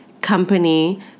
company